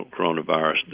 coronavirus